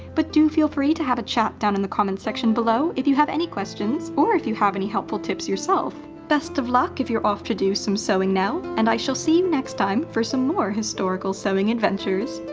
but do feel free to have a chat down in the comment section below if you have any questions, or if you have any helpful tips yourself. best of luck if you're off to do some sewing now, and i shall see you next time for some more historical sewing adventures.